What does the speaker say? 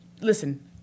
listen